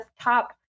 top